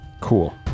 Cool